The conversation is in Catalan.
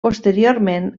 posteriorment